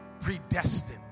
predestined